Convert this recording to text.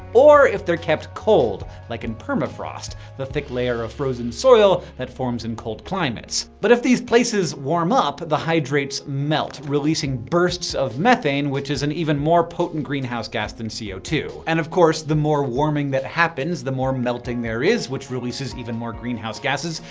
or if they're kept cold, like in permafrost the thick layer of frozen soil that forms in cold climates. but if these places warm up, the hydrates melt, releasing bursts of methane, which is an even more potent greenhouse gas than c o two. and of course, the more warming that happens, the more melting there is, which releases even more greenhouses gases,